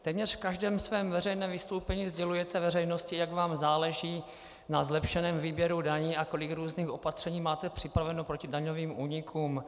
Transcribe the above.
Téměř v každém svém veřejném vystoupení sdělujete veřejnosti, jak vám záleží na zlepšeném výběru daní a kolik různých opatření máte připravených proti daňovým únikům.